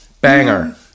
Banger